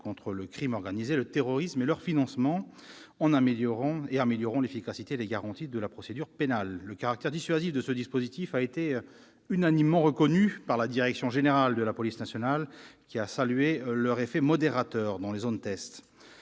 contre le crime organisé, le terrorisme et leur financement, et améliorant l'efficacité et les garanties de la procédure pénale. Le caractère dissuasif de ce dispositif a été unanimement reconnu par la direction générale de la police nationale, qui a salué « leur effet modérateur » dans les zones-test.